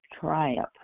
triumph